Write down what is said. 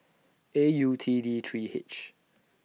A U T D three H